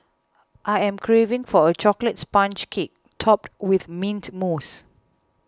I am craving for a Chocolate Sponge Cake Topped with Mint Mousse